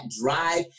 drive